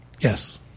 Yes